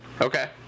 Okay